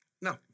No